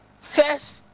first